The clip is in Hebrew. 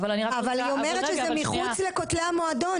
אבל היא אומרת שזה מחוץ לכותלי המועדון.